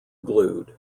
glued